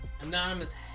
anonymous